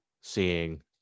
seeing